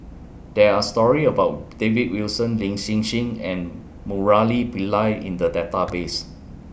There Are stories about David Wilson Lin Hsin Hsin and Murali Pillai in The Database